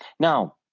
now,